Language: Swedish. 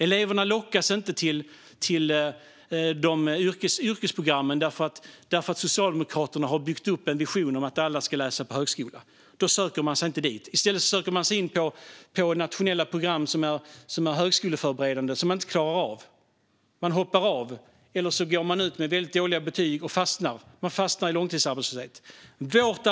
Eleverna lockas inte till yrkesprogrammen eftersom Socialdemokraterna har byggt upp en vision om att alla ska läsa på högskola. Då söker man sig inte dit. I stället söker man sig in på nationella program som är högskoleförberedande men som man inte klarar av. Man hoppar av eller går ut med väldigt dåliga betyg och fastnar i långtidsarbetslöshet.